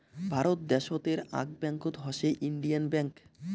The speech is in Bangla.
ভারত দ্যাশোতের আক ব্যাঙ্কত হসে ইন্ডিয়ান ব্যাঙ্ক